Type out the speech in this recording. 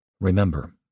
Remember